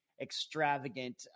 extravagant